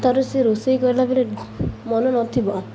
ତାର ସେ ରୋଷେଇ କରଲା ଉପରେ ମନ ନଥିବ